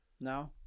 No